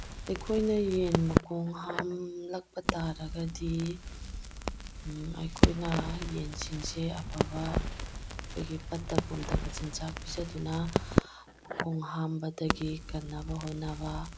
ꯑꯩꯈꯣꯏꯅ ꯌꯦꯟ ꯃꯈꯣꯡ ꯍꯥꯝꯂꯛꯄ ꯇꯥꯔꯒꯗꯤ ꯑꯩꯈꯣꯏꯅ ꯌꯦꯟꯁꯤꯡꯁꯦ ꯑꯐꯕ ꯑꯩꯈꯣꯏꯒꯤ ꯄꯠꯇ ꯄꯨꯝꯗꯕ ꯆꯤꯟꯖꯥꯛ ꯄꯤꯖꯗꯨꯅ ꯃꯈꯣꯡ ꯍꯥꯝꯕꯗꯒꯤ ꯀꯟꯅꯕ ꯍꯣꯠꯅꯕ